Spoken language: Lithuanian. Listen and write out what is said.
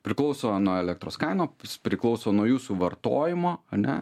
priklauso nuo elektros kainų priklauso nuo jūsų vartojimo ane